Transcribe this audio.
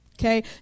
Okay